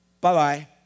bye-bye